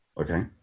Okay